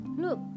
Look